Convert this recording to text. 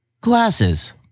Glasses